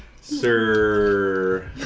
sir